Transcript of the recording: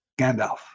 Gandalf